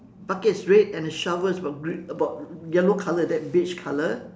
bucket is red and the shovel is about green about yellow colour like that beige colour